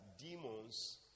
demons